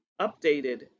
updated